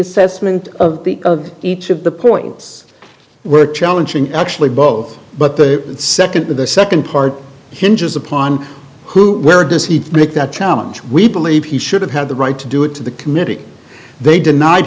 assessment of each of the points we're challenging actually both but the second the second part hinges upon who where does he make that challenge we believe he should have had the right to do it to the committee they denied